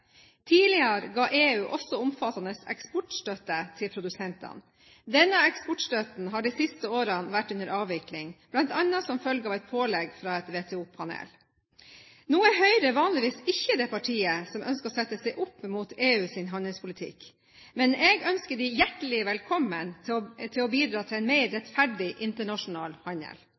Tidligere ga EU også omfattende eksportstøtte til produsentene. Denne eksportstøtten har de siste årene vært under avvikling, bl.a. som følge av et pålegg fra et WTO-panel. Nå er Høyre vanligvis ikke det partiet som ønsker å sette seg opp mot EUs handelspolitikk, men jeg ønsker dem hjertelig velkommen til å bidra til en mer rettferdig internasjonal handel.